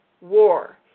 war